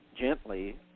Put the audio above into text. gently